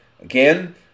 Again